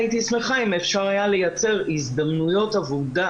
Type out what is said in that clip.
הייתי שמחה אם אפשר היה לייצר הזדמנויות עבודה